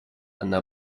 она